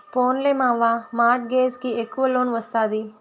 పోన్లే మావా, mortgage కి ఎక్కవ లోన్ ఒస్తాది